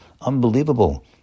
Unbelievable